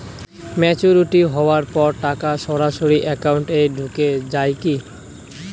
Maturity হওয়ার পর টাকা সরাসরি একাউন্ট এ ঢুকে য়ায় কি?